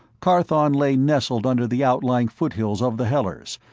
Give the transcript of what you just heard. carthon lay nestled under the outlying foothills of the hellers,